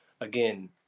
again